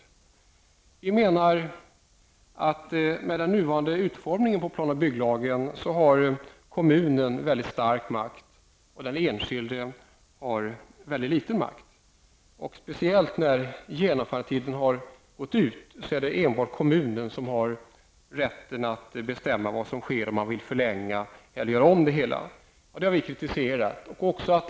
Vi anser att kommunen har en mycket stor makt med den nuvarande utformningen av planoch bygglagen, medan den enskilde har mycket liten makt. Då genomförandetiden har gått ut är det endast kommunen som har rätt att bestämma vad som skall ske: om det skall förlängas eller om det skall göras om. Vi har kritiserat detta.